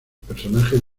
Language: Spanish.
personajes